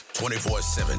24-7